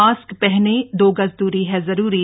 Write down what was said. mask पहनें दो गज दूरी है जरूरी